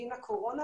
בגין הקורונה,